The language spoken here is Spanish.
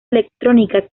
electrónica